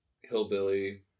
hillbilly